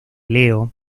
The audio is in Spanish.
leo